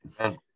Amen